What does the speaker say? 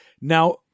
now